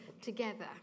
together